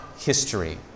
History